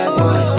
boy